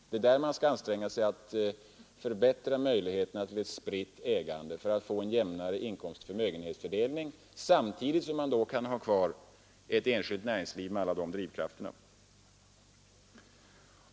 Det är där man skall anstränga sig att förbättra möjligheterna till ett spritt ägande, för att få en jämnare inkomstoch förmögenhetsfördelning, samtidigt som man kan ha kvar ett enskilt näringsliv med alla dess drivkrafter.